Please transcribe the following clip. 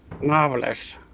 Marvelous